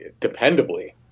dependably